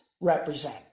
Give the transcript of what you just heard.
represent